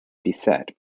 beset